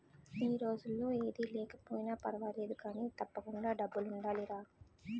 ఈ రోజుల్లో ఏది లేకపోయినా పర్వాలేదు కానీ, తప్పకుండా డబ్బులుండాలిరా